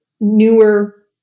newer